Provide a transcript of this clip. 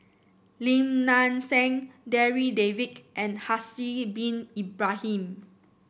Lim Nang Seng Darryl David and Haslir Bin Ibrahim